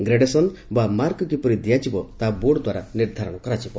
gradation ବା mark କିପରି ଦିଆଯିବ ତାହା ବୋର୍ଡ ନିର୍ଦ୍ଧାରଣ କରିବ